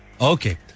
Okay